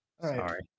Sorry